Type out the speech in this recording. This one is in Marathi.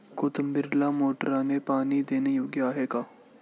कोथिंबीरीला मोटारने पाणी देणे योग्य आहे का?